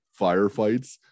firefights